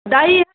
دہی